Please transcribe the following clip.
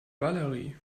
valerie